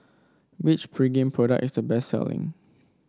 which Pregain product is the best selling